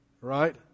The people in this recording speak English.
right